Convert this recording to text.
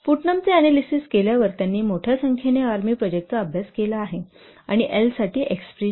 Putnam चे analysis केल्यावर त्यांनी मोठ्या संख्येने आर्मी प्रोजेक्टचा अभ्यास केला आहे आणि L साठी एक्स्प्रेशन